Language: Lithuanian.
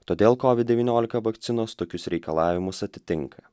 todėl kovid devyniolika vakcinos tokius reikalavimus atitinka